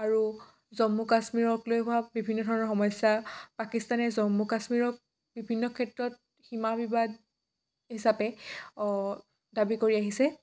আৰু জম্মু কাশ্মীৰক লৈ হোৱা বিভিন্ন ধৰণৰ সমস্যা পাকিস্তানে জম্মু কাশ্মীৰক বিভিন্ন ক্ষেত্ৰত সীমা বিবাদ হিচাপে দাবী কৰি আহিছে